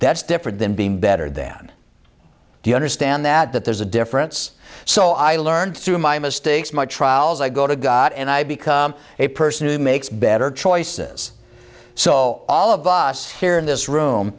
that's different than being better than do you understand that that there's a difference so i learned through my mistakes my trials i go to god and i become a person who makes better choices so all of us here in this room